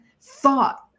thought